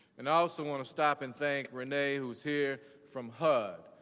and i also want to stop and thank rene, who's here from hud.